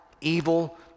Evil